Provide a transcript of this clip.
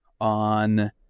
on